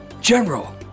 General